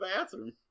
bathroom